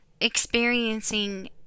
experiencing